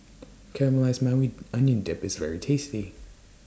Caramelized Maui Onion Dip IS very tasty